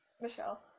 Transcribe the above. Michelle